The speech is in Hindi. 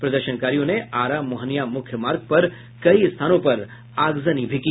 प्रदर्शनकारियों ने आरा मोहनियां मुख्य मार्ग पर कई स्थानों पर आगजनी भी की